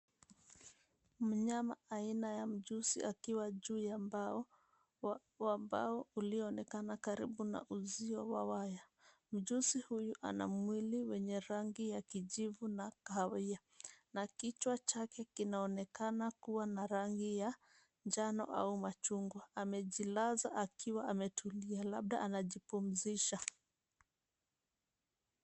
Mnyama aina ya mjusi akiwa juu ya mbao wa mbao ulio onekana juu ya uzio wa waya. Mjusi huyu anamwili wenye rangi ya kijivu na kahawia na kichwa chake kinaonekana kuwa na rangi ya njano au machungwa. Amejilaza akiwa ametulia labda anaji pumzisha.